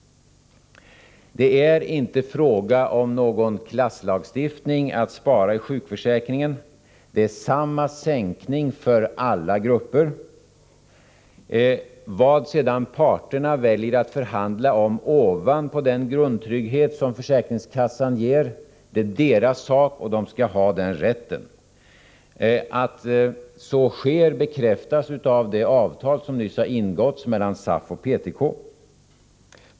Det är inte fråga om någon klasslagstiftning när man föreslår besparingar i sjukförsäkringen. Det blir samma sänkning för alla grupper. Vad parterna sedan väljer att förhandla om när det gäller det som skall ligga ovanpå den grundtrygghet som försäkringen ger är deras sak, och de skall ha den rätten. Att så sker bekräftas av det avtal som nyss ingåtts mellan SAF och PTK.